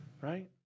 Right